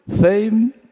fame